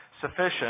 sufficient